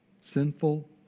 sinful